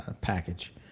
package